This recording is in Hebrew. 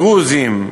דרוזים,